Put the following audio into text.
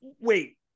wait